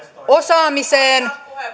osaamiseen